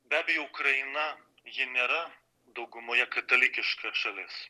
be abejo ukraina ji nėra daugumoje katalikiška šalis